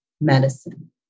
medicine